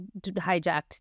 hijacked